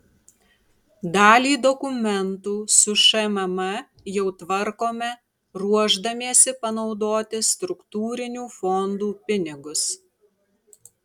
dalį dokumentų su šmm jau tvarkome ruošdamiesi panaudoti struktūrinių fondų pinigus